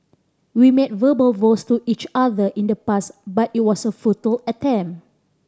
we made verbal vows to each other in the past but it was a futile attempt